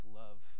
love